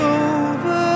over